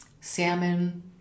salmon